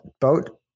boat